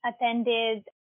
attended